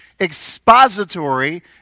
expository